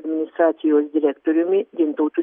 administracijos direktoriumi gintautu